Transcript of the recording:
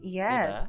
yes